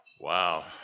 Wow